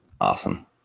Awesome